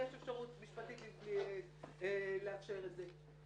יש אפשרות משפטית לאפשר את זה.